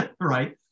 right